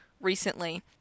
recently